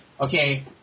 okay